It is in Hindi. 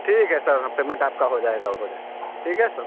ठीक है सर हाँ पेमेंट आपका हो जाएगा हो जाएगा ठीक है सर